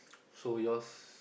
so yours